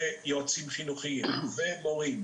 יועצים חינוכיים ומורים,